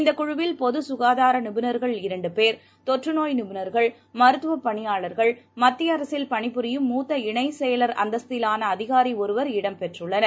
இந்த குழுவில் பொது கனதார நிபுணர்கள் இரண்டு பேர் தொற்றுநோய் நிபுணர்கள் மருத்துவ பணியாளர்கள் மத்திய அரசில் பணிபுரியும் மூத்த இணைச் செயல் அந்தஸ்திலான அதிகாரி ஒருவர் இடம் பெற்றுள்ளனர்